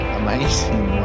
amazing